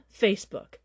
Facebook